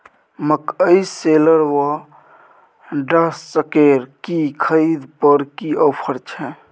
मकई शेलर व डहसकेर की खरीद पर की ऑफर छै?